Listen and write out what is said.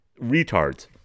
retards